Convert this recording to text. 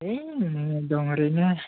है नै दं ओरैनो